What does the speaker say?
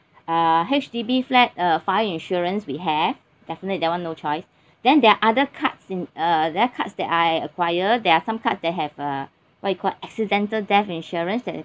uh H_D_B flat uh fire insurance we have definitely that [one] no choice then there are other cards in uh other cards that I acquire there are some cards there have uh what you call accidental death insurance that